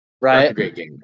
Right